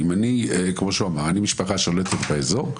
כמו שהוא אמר: אני משפחה שולטת באזור,